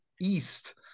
East